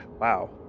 Wow